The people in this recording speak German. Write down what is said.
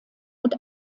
und